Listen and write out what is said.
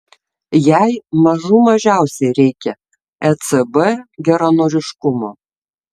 jai mažų mažiausiai reikia ecb geranoriškumo